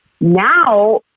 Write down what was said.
now